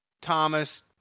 Thomas